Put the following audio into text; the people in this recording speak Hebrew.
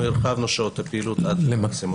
אנחנו הרחבנו את שעות הפעילות עד למקסימום.